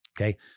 okay